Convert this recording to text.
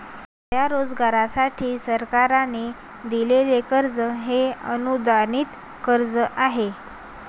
स्वयंरोजगारासाठी सरकारने दिलेले कर्ज हे अनुदानित कर्ज आहे